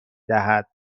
دهد